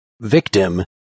victim